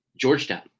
Georgetown